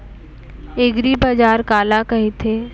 एगरीबाजार काला कहिथे?